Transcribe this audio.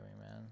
man